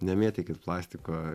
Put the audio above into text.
nemėtykit plastiko